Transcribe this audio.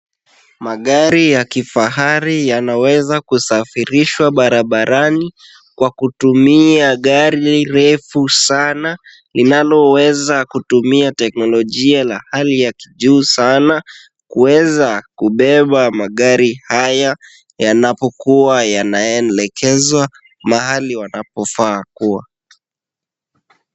Magari ya kifahari yanaweza kusafirishwa barabarani, kwa kutumia gari refu sana inaloweza kutumia teknolojia la hali ya kijuu sana kuweza kubeba magari haya, yanapokuwa yanaelekezwa mahali wanapofaa kuwa.